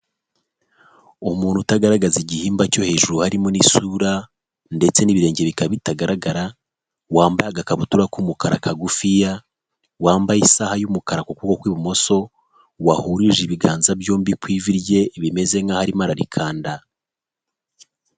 Umuntu utagaragaza igihimba cyo hejuru harimo n'isura ndetse n'ibirenge bikaba bitagaragara, wambaye agakabutura k'umukara kagufiya, wambaye isaha y'umukara ku kuboko ku ibumoso, wahurije ibiganza byombi ku ivi rye bimeze nk'aho arimo ararikanda.